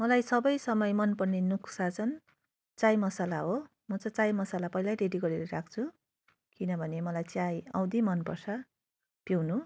मलाई सबै समय मन पर्ने नुस्खा चाहिँ चाय मसला हो म चाहिँ चाय मसला पहिल्यै रेडी गरेर राख्छु किन भने मलाई चाय औधी मनपर्छ पिउनु